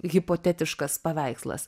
hipotetiškas paveikslas